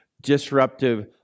disruptive